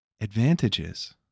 advantages